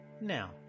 Now